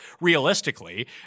realistically